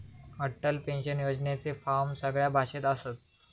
Atal pension योजनेचे form सगळ्या भाषेत असत